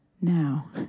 now